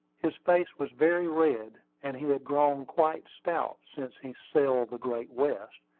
his face was very red, and he had grown quite stout since he sailed the great west,